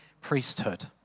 priesthood